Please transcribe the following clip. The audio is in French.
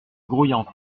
grouillante